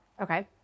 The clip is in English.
Okay